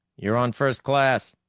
you're on first-class.